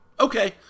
Okay